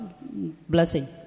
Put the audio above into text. blessing